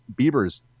Bieber's